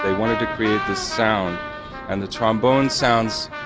ah wanted to create the sound and the trombones sounds.